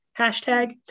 hashtag